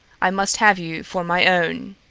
i must have you for my own,